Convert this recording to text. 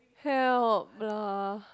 help lah